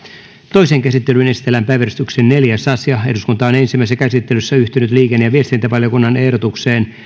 toiseen käsittelyyn esitellään päiväjärjestyksen neljäs asia eduskunta on ensimmäisessä käsittelyssä yhtynyt liikenne ja viestintävaliokunnan ehdotukseen